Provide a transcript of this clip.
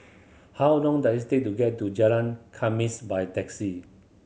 how long does it take to get to Jalan Khamis by taxi